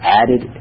added